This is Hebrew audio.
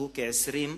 שהוא כ-20%.